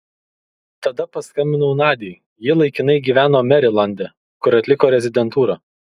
tada paskambinau nadiai ji laikinai gyveno merilande kur atliko rezidentūrą